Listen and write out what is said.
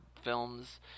films